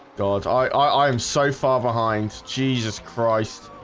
dog sigh i'm so far behind jesus christ